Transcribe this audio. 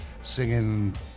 singing